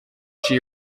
she